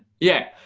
yeah,